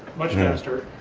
much faster,